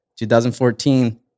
2014